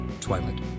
Twilight